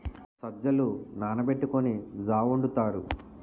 సజ్జలు నానబెట్టుకొని జా వొండుతారు